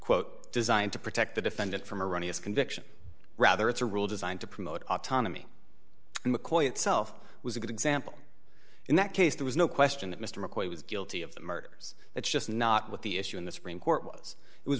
quote designed to protect the defendant from iranian's conviction rather it's a rule designed to promote autonomy and mccoy itself was a good example in that case there was no question that mr mccoy was guilty of the murders that's just not what the issue in the supreme court was it was